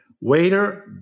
Waiter